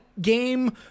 game